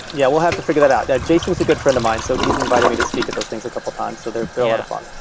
yeah we'll have to figure that out. jason is a good friend of mine, so he's invited me to speak at those things a couple of times. so they're a lot of fun.